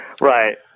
right